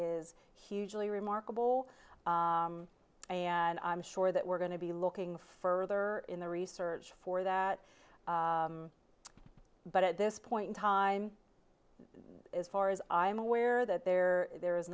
is hugely remarkable and i'm sure that we're going to be looking further in the research for that but at this point in time as far as i am aware that there there is